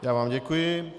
Já vám děkuji.